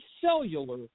cellular